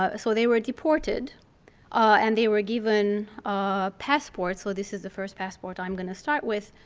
but so they were deported and they were given passports. so this is the first passport i'm going to start with.